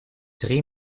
drie